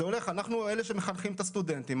אנחנו אלה שמחנכים את הסטודנטים,